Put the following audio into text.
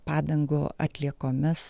padangų atliekomis